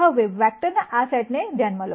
હવે વેક્ટરના આ સેટને ધ્યાનમાં લો